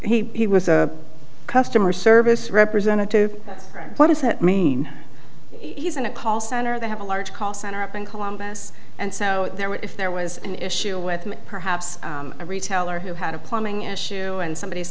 he was a customer service representative what does that mean he's in a call center they have a large call center up in columbus and so there were if there was an issue with perhaps a retailer who had a plumbing issue and somebody